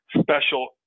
special